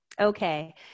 Okay